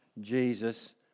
Jesus